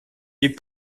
est